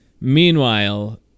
Meanwhile